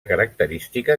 característica